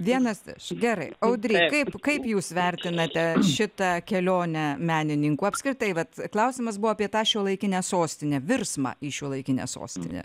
vienas iš gerai audry kaip kaip jūs vertinate šitą kelionę menininkų apskritai vat klausimas buvo apie tą šiuolaikinę sostinę virsmą į šiuolaikinę sostinę